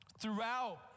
throughout